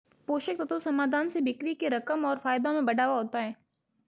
पोषक तत्व समाधान से बिक्री के रकम और फायदों में बढ़ावा होता है